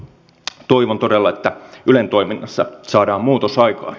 toivon todella että ylen toiminnassa saadaan muutos aikaan